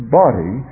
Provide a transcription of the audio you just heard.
body